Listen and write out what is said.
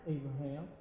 Abraham